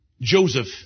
Joseph